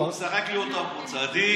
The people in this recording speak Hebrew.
והוא משחק לי אותה פה צדיק,